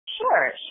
Sure